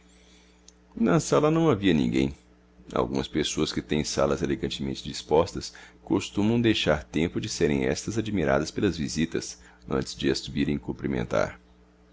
na sala não havia ninguém algumas pessoas que têm salas elegantemente dispostas costumam deixar tempo de serem estas admiradas pelas visitas antes de as virem cumprimentar